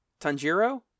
Tanjiro